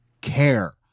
care